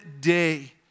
day